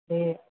હં